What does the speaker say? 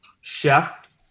chef